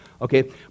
okay